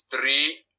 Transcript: three